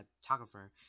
photographer